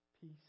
Peace